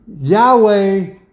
Yahweh